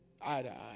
eye-to-eye